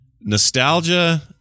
nostalgia